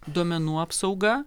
duomenų apsauga